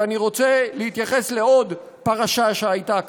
ואני רוצה להתייחס לעוד פרשה שהייתה כאן,